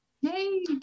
yay